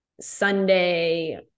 Sunday